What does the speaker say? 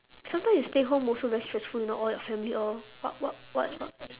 sometimes you stay home also very stressful you know all your family all what what what